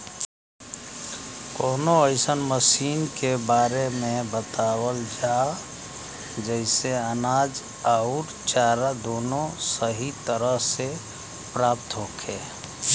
कवनो अइसन मशीन के बारे में बतावल जा जेसे अनाज अउर चारा दोनों सही तरह से प्राप्त होखे?